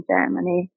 Germany